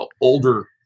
older